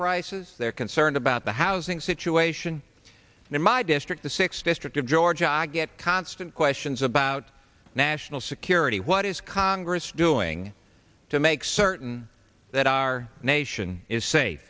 prices they're concerned about the housing situation and in my district the six district of george i get constant questions about national security what is congress doing to make certain that our nation is safe